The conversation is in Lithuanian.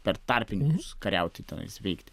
per tarpininkus kariauti tenais veikti